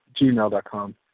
gmail.com